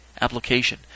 application